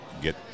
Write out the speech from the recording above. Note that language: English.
get